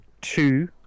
two